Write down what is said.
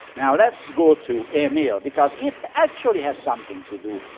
now let's go to emile because it actually has something to do,